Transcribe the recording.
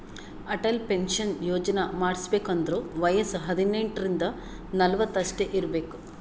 Atal pension ಯೋಜನಾ ಮಾಡುಸ್ಬೇಕ್ ಅಂದುರ್ ವಯಸ್ಸ ಹದಿನೆಂಟ ರಿಂದ ನಲ್ವತ್ ಅಷ್ಟೇ ಇರ್ಬೇಕ್